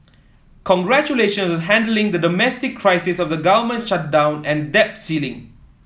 congratulations on handling the domestic crisis of the government shutdown and debt ceiling